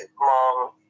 mom